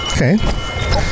Okay